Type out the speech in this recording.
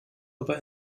aber